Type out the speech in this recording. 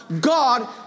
God